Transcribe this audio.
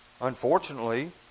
Unfortunately